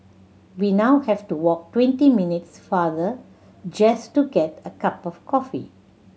we now have to walk twenty minutes farther just to get a cup of coffee